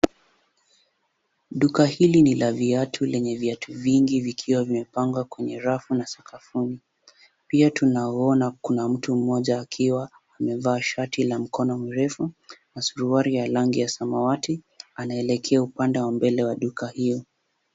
Duka hili ni la viatu lenye viatu vingi vikiwa vimepangwa kwenye rafu na sakafuni, pia tunauona kuna mtu mmoja akiwa amevaa shati la mkono mrefu na suruali ya rangi ya samawati anaelekea apande wa mbele wa duka hiyo.